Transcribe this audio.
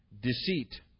deceit